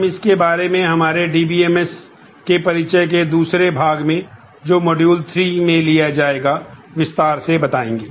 हम इस बारे में हमारे DBMS के परिचय के दूसरे भाग में जो मॉड्यूल 3 में लिया जाएगा विस्तार से बताएंगे